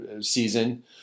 season